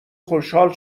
خوشحال